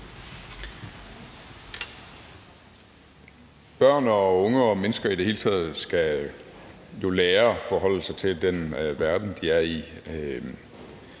Børn og unge og mennesker i det hele taget skal jo lære at forholde sig til den verden, de er i,